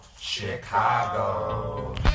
Chicago